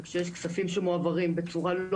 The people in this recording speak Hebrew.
כאשר ישנם כספים שמועברים בצורה לא